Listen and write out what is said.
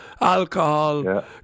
alcohol